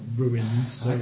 ruins